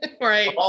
Right